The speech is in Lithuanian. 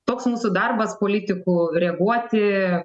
toks mūsų darbas politikų reaguoti